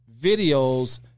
videos